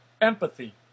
empathy